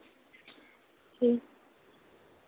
ठीक